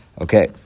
Okay